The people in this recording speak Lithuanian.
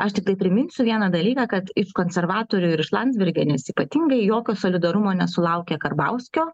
aš tiktai priminsiu vieną dalyką kad iš konservatorių ir iš landsbergienės ypatingai jokio solidarumo nesulaukia karbauskio